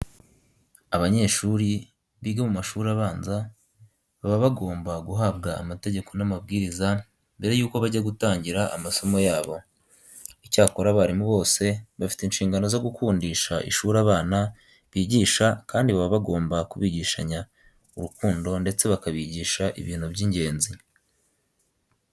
Abanyeshuri biga mu mashuri abanza baba bagomba guhabwa amategeko n'amabwiriza mbere yuko bajya gutangira amasomo yabo. Icyakora abarimu bose bafite inshingano zo gukundisha ishuri abana bigisha kandi baba bagomba kubigishanya urukundo ndetse bakabigisha ibintu by'ingenzi.